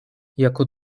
jako